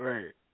Right